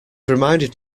reminded